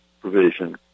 provision